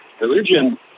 religion